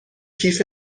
کیف